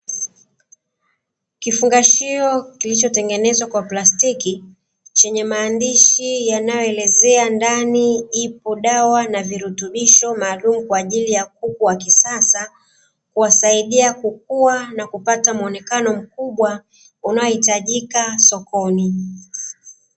Kifungashio kilichotengeneza kwa plastiki, chenye maandishi yanayoelezea, ndani ipo dawa na virutubisho maalum kwa ajili ya kuku wa kisasa, kuwasaidia kukua na kupata muonekano mkubwa unaohitajika sokoni.